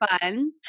fun